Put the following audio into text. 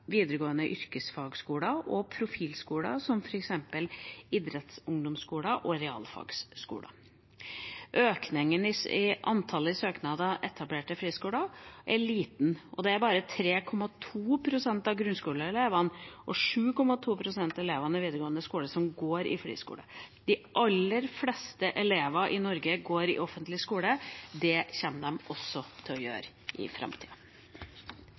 videregående yrkesfagskoler og profilskoler, som f.eks. idrettsungdomsskoler og realfagsskoler. Økningen i antallet søknader om å etablere friskoler er liten, og det er bare 3,2 pst. av grunnskoleelevene og 7,2 pst. av elevene i videregående skole som går i friskole. De aller fleste elever i Norge går i offentlig skole. Det kommer de også til å gjøre i framtida.